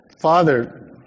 Father